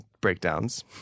breakdowns